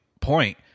point